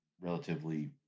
relatively